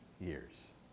years